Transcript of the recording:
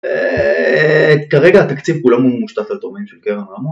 אה... כרגע התקציב כולו מושתת על תורמים של קרן רמון